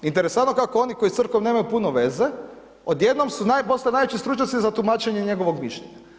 Interesantno kako oni koji s Crkvom nemaju puno veze, odjednom su postali najveći stručnjaci za tumačenje njegovog mišljenja.